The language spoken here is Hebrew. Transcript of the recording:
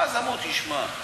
ואז אמרו: תשמעו,